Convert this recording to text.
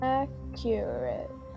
accurate